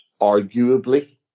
arguably